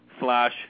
Slash